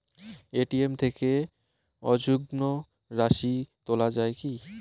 ATM থেকে অযুগ্ম রাশি তোলা য়ায় কি?